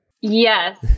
Yes